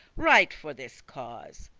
right for this cause.